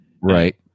Right